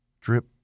Drip